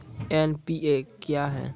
NPA क्या हैं?